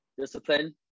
discipline